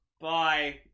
Bye